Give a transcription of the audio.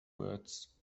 words